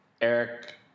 Eric